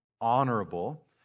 honorable